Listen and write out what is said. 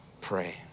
pray